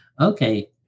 Okay